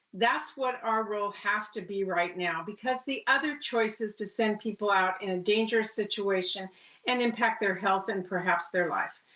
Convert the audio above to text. that's what our role has to be right now, because the other choice is to send people out in a dangerous situation and impact their health and perhaps their life.